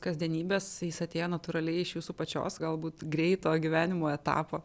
kasdienybės jis atėjo natūraliai iš jūsų pačios galbūt greito gyvenimo etapo